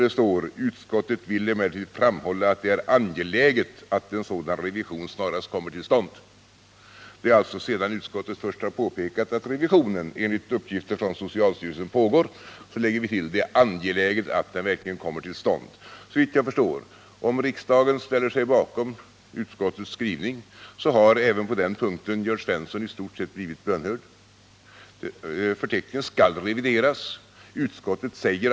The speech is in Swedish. Efter att ha nämnt att en revision av klassifikationen enligt uppgifter från socialstyrelsen pågår lägger vi till följande: ”Utskottet vill emellertid framhålla att det är angeläget att en sådan revision snarast kommer till stånd.” Om riksdagen ställer sig bakom utskottets skrivning även på den punkten, har Jörn Svensson såvitt jag förstår i stort sett blivit bönhörd.